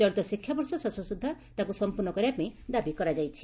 ଚଳିତ ଶିକ୍ଷାବର୍ଷ ଶେଷ ସୁଦ୍ଧା ତାକୁ ସଂପୂର୍ଶ୍ର୍ଷ କରିବା ପାଇଁ ଦାବି କାଯାଇଛି